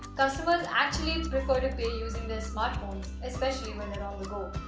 customers actually prefer to pay using their smartphones, especially when they are on the go.